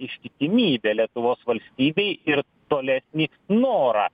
ištikimybę lietuvos valstybei ir tolesnį norą